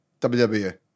WWE